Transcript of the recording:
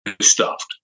stuffed